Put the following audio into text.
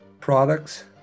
products